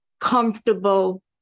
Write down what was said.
comfortable